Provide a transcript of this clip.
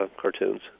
cartoons